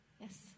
Yes